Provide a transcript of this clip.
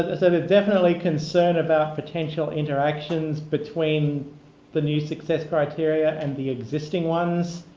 ah sort of definitely concern about potential interactions between the new success criteria and the existing ones.